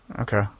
Okay